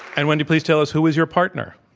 and, wendy, please tell us, who is your partner?